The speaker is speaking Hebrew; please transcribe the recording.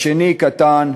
בשני קטן,